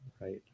right